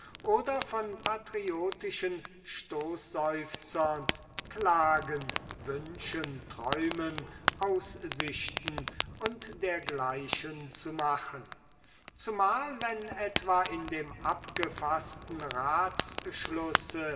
oder von patriotischen stoßseufzern klagen wünschen träumen aussichten u d gl zu machen zumal wenn etwa in dem abgefaßten ratsschluß